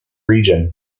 region